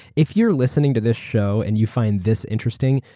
if you're listening to this show and you find this interesting,